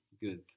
Good